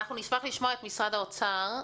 נשמח לשמוע את נציגי משרד האוצר.